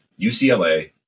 UCLA